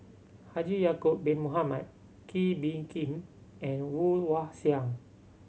Haji Ya'acob Bin Mohamed Kee Bee Khim and Woon Wah Siang